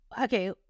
Okay